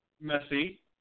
messy